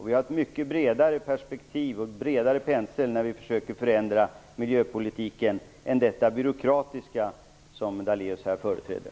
Vi har ett mycket bredare perspektiv och en bredare pensel när vi försöker förändra politiken än vad det byråkratiska sätt innebär som Lennart Daléus företräder.